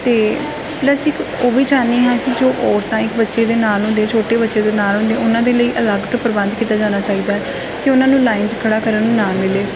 ਅਤੇ ਪਲਸ ਇੱਕ ਉਹ ਵੀ ਚਾਹੁੰਦੀ ਹਾਂ ਕਿ ਜੋ ਔਰਤਾਂ ਇੱਕ ਬੱਚੇ ਦੇ ਨਾਲ ਹੁੰਦੇ ਛੋਟੇ ਬੱਚੇ ਦੇ ਨਾਲ ਹੁੰਦੇ ਉਹਨਾਂ ਦੇ ਲਈ ਅਲੱਗ ਤੋਂ ਪ੍ਰਬੰਧ ਕੀਤਾ ਜਾਣਾ ਚਾਹੀਦਾ ਕਿ ਉਹਨਾਂ ਨੂੰ ਲਾਈਨ 'ਚ ਖੜ੍ਹਾ ਕਰਨ ਨੂੰ ਨਾ ਮਿਲੇ